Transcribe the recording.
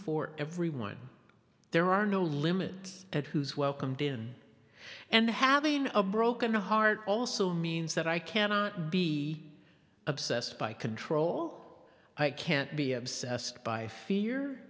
for everyone there are no limits at who is welcomed in and having a broken heart also means that i cannot be obsessed by control i can't be obsessed by fear